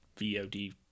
VOD